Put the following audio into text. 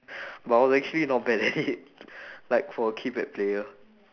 but I was actually not bad leh like for a keypad player